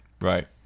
Right